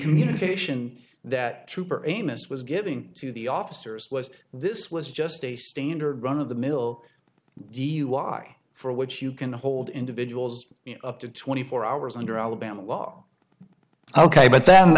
communication that trooper amos was giving to the officers was this was just a standard run of the mill dui for which you can hold individuals up to twenty four hours under alabama law ok but then